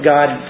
God